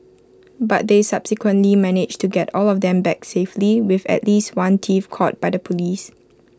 but they subsequently managed to get all of them back safely with at least one thief caught by the Police